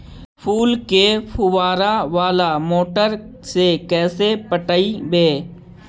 फूल के फुवारा बाला मोटर से कैसे पटइबै?